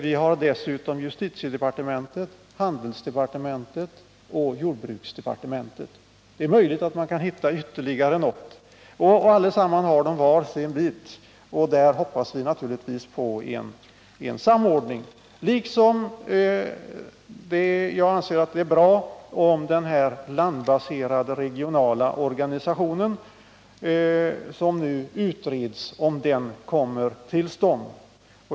De övriga tre är justitiedepartementet, handelsdepartementet och jordbruksdepartementet. Det är möjligt att man kan hitta ytterligare något. Allesammans har ansvar för var sin bit. Vi hoppas naturligtvis på en samordning. Jag anser det också vara bra om den landbaserade regionala organisation som nu utreds kommer till stånd.